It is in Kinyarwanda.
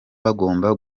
bagomba